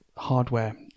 hardware